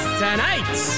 tonight